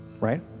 right